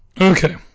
okay